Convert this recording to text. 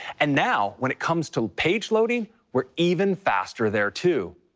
and now, when it comes to page loading, we're even faster there too.